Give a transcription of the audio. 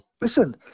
Listen